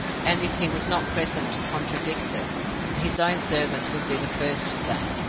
and if he was not present to contradict it his own servants would be the first to say,